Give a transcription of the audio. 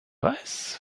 weiß